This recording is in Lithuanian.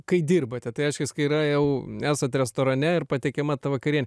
kai dirbate tai reiškias kai yra jau esat restorane ir patiekiama ta vakarienė